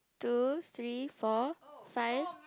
two three four five